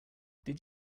did